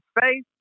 face